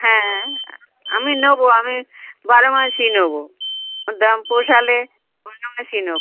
হ্যাঁ আমি নেবো আমি বারো মাসেই নেবো দাম পোষালে বারো মাসেই নেবো